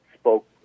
spoke